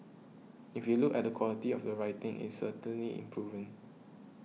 if you look at the quality of the writing it's certainly improving